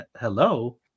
Hello